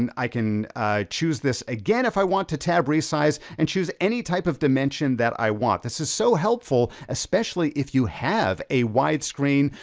and i can choose this again if i want to tab resize, and choose any type of dimension that i want. this is so helpful, especially if you have a wide screen,